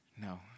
No